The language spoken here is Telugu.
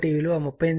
4 కాబట్టి ఈ విలువ 38